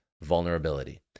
vulnerability